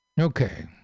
Okay